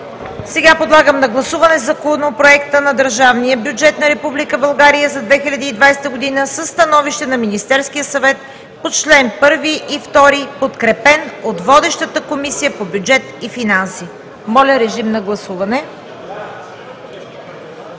Сега подлагам на гласуване Законопроекта на държавния бюджет на Република България за 2020 г. със становище на Министерския съвет по чл. 1 и 2, подкрепен от водещата Комисия по бюджет и финанси. Гласували